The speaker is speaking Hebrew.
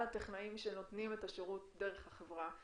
הטכנאים שנותנים את השירות דרך החברה,